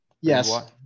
Yes